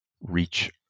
reach